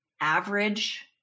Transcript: average